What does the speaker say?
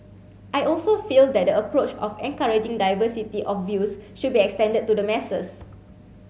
I also feel that the approach of encouraging diversity of views should be extended to the masses